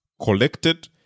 collected